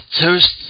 toast